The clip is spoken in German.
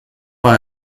war